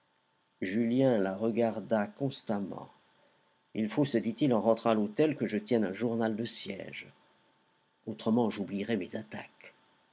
julien la regarda constamment il faut se dit-il en rentrant à l'hôtel que je tienne un journal de siège autrement j'oublierais mes attaques